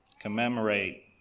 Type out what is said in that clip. commemorate